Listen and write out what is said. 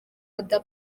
oda